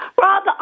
Rob